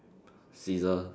scissors